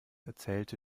erzählte